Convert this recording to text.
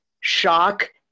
shock